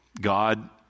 God